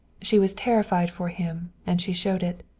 she was terrified for him, and she showed it.